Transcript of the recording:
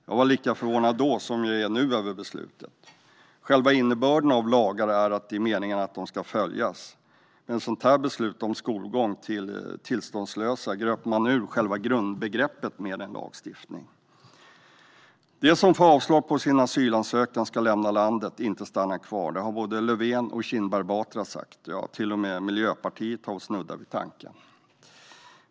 Jag var lika förvånad då som jag är nu över beslutet. Själva innebörden av lagar är att det är meningen att de ska följas. Med ett beslut om skolgång till tillståndslösa gröper man ur grundbegreppet med en lagstiftning. Den som får avslag på sin asylansökan ska lämna landet, inte stanna kvar. Det har både Löfven och Kinberg Batra sagt, och till och med Miljöpartiet har snuddat vid tanken.